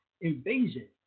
invasion